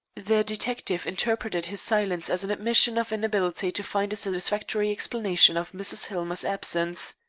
the detective interpreted his silence as an admission of inability to find a satisfactory explanation of mrs. hillmer's absence.